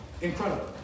Incredible